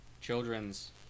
children's